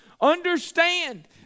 Understand